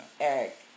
Eric